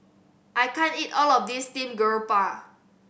I can't eat all of this steamed garoupa